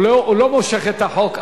הוא לא מושך את החוק.